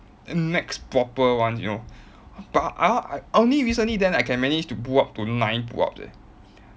max proper one you know but ah I only recently then I can managed to pull up to nine pull-ups leh